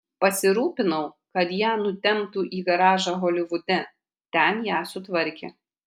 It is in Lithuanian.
pasirūpinau kad ją nutemptų į garažą holivude ten ją sutvarkė